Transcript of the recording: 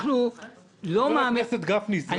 חבר הכנסת גפני, זו לא הפתעה.